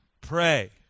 pray